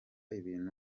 ibintu